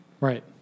Right